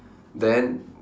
then